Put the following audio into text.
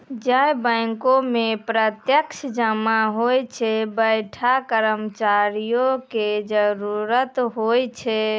जै बैंको मे प्रत्यक्ष जमा होय छै वैंठा कर्मचारियो के जरुरत होय छै